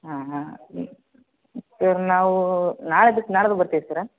ಹಾಂ ಹಾಂ ಸರ್ ನಾವೂ ನಾಳೆ ಬಿಟ್ಟು ನಾಡಿದ್ದು ಬರ್ತೀವಿ ಸರ್